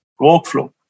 Workflow